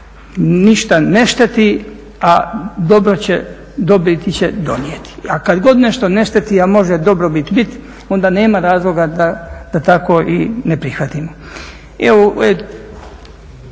ništa ne šteti, a dobiti će donijeti. A kada god nešto ne šteti, a može dobrobit biti onda nema razloga da tako i ne prihvatimo.